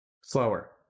Slower